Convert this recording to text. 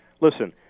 Listen